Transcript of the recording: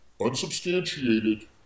unsubstantiated